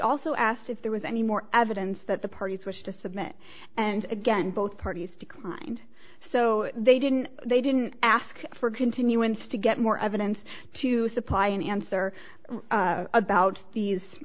also asked if there was any more evidence that the parties wished to submit and again both parties declined so they didn't they didn't ask for a continuance to get more evidence to supply an answer about these